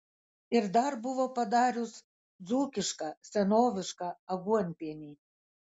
ir dar buvo padarius dzūkišką senovišką aguonpienį